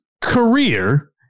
career